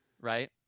right